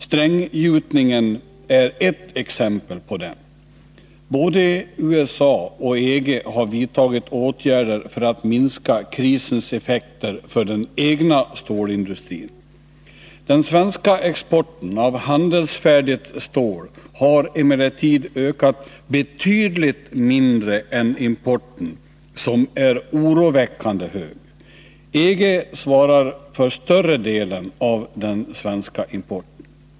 Stränggjutningen är ett exempel på sådana framsteg. Både USA och EG har vidtagit åtgärder för att minska krisens effekter för den egna stålindustrin. Den svenska exporten av handelsfärdigt stål har emellertid ökat betydligt mindre än importen, som är oroväckande hög. EG svarar för större delen av den svenska importen.